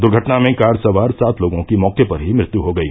दुर्घटना में कार सवार सात लोगों की मौके पर ही मृत्यु हो गई